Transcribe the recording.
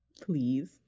Please